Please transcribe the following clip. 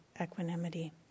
equanimity